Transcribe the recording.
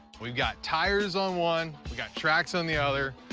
we got tires on one. we got tracks on the other.